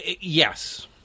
yes